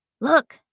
Look